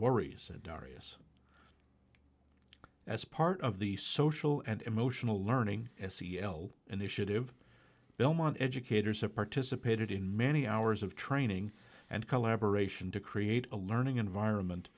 worries darrius as part of the social and emotional learning s c l initiative belmont educators have participated in many hours of training and collaboration to create a learning environment